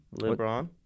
LeBron